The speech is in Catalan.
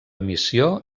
missió